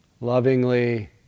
Lovingly